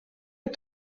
est